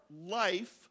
life